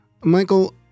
Michael